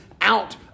out